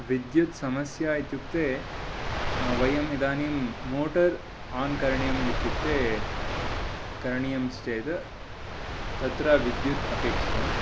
विद्युत्समस्या इत्युक्ते वयम् इदानीं मोटर् आन् करणीयम् इत्युक्ते करणीयम् चेत् तत्र विद्युत् अपेक्षितम्